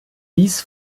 dies